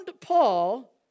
Paul